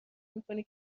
میکنی